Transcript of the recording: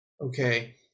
Okay